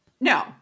No